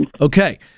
okay